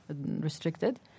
restricted